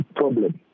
problem